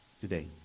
today